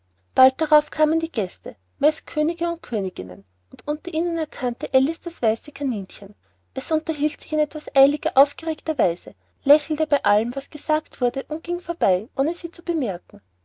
geschmückt darauf kamen die gäste meist könige und königinnen und unter ihnen erkannte alice das weiße kaninchen es unterhielt sich in etwas eiliger und aufgeregter weise lächelte bei allem was gesagt wurde und ging vorbei ohne sie zu bemerken